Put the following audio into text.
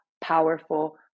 powerful